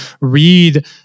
read